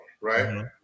right